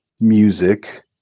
music